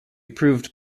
proved